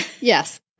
Yes